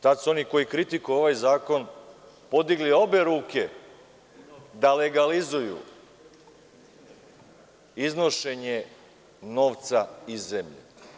Tada su oni koji kritikuju ovaj zakon podigli obe ruke da legalizuju iznošenje novca iz zemlje.